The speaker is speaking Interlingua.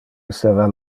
esseva